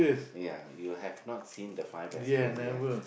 yeah you have not seen the five best friend yeah